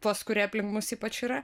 tuos kurie aplink mus ypač yra